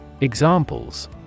examples